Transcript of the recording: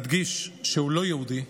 אדגיש שהוא לא יהודי,